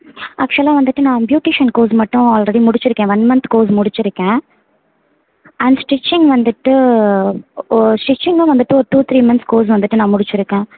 ஆக்சுவலாக வந்துவிட்டு நான் பியூட்டீஷியன் கோர்ஸ் மட்டும் ஆல்ரெடி முடிச்சிருக்கேன் ஒன் மந்த் கோர்ஸ் முடிச்சிருக்கேன் அண்ட் ஸ்டிச்சிங் வந்துவிட்டு ஸ்டிச்சிங்கும் வந்துவிட்டு ஒரு டூ த்ரீ மந்த்ஸ் கோர்ஸ் வந்துவிட்டு நான் முடிச்சிருக்கேன்